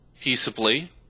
peaceably